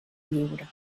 lliure